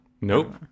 Nope